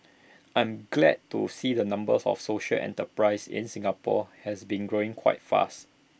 I'm glad to see the numbers of social enterprises in Singapore has been growing quite fast